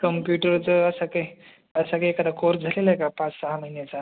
कॉम्प्युटरचा असा काही असा काही एखादा कोर्स झालेला आहे का पाच सहा महिन्याचा